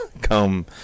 come